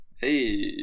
Hey